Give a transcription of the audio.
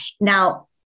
Now